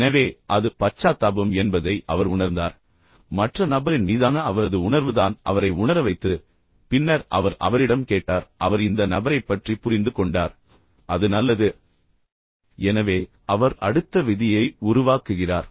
எனவே அது பச்சாத்தாபம் என்பதை அவர் உணர்ந்தார் மற்ற நபரின் மீதான அவரது உணர்வு தான் அவரை உணர வைத்தது பின்னர் அவர் அவரிடம் கேட்டார் அவர் இந்த நபரைப் பற்றி புரிந்து கொண்டார் அது நல்லது எனவே அவர் அடுத்த விதியை உருவாக்குகிறார்